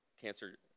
cancer